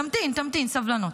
תמתין, תמתין, סבלנות.